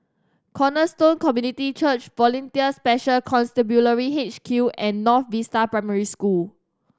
Cornerstone Community Church Volunteer Special Constabulary H Q and North Vista Primary School